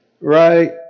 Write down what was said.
right